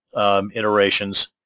iterations